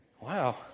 wow